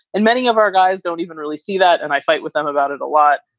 and many of our guys don't even really see that. and i fight with them about it a lot.